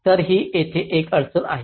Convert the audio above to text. तर ही येथे एक अडचण आहे